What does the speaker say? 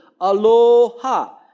aloha